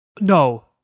No